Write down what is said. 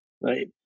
Right